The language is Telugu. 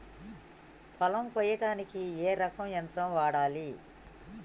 పొలం కొయ్యడానికి ఏ రకం యంత్రం వాడాలి?